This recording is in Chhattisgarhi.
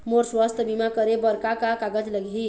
मोर स्वस्थ बीमा करे बर का का कागज लगही?